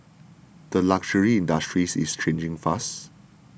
the luxury industry's is changing fast